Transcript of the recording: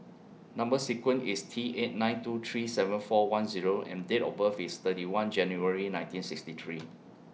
Number sequence IS T eight nine two three seven four one Zero and Date of birth IS thirty one January nineteen sixty three